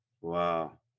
Wow